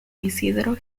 isidro